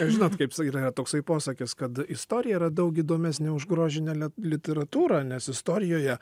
žinot kaip sak yra toksai posakis kad istorija yra daug įdomesnė už grožinę literatūrą nes istorijoje